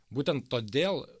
būtent todėl